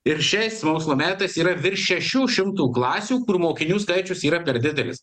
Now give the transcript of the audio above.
ir šiais mokslo metais yra virš šešių šimtų klasių kur mokinių skaičius yra per didelis